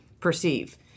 perceive